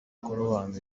kurobanura